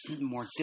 more